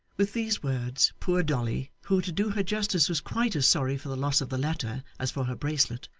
with these words poor dolly, who to do her justice was quite as sorry for the loss of the letter as for her bracelet,